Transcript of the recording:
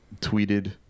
tweeted